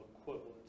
equivalent